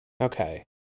Okay